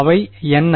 அவை என்ன